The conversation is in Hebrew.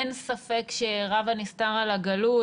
אין ספק שרב הנסתר על הגלוי.